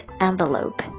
envelope